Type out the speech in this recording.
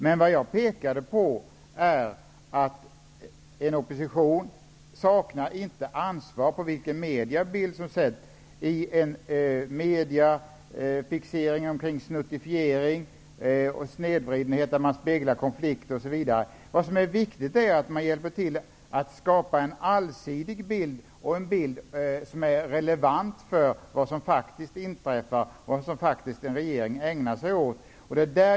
Det jag pekade på var att oppositionen inte saknar ansvar för den bild som målas upp i media, fixeringen vid snuttifiering, snedvridenheten när man speglar konflikter, osv. Det är viktigt att man hjälper till att skapa en allsidig bild som är relevant för vad som faktiskt inträffar och vad regeringen ägnar sig åt.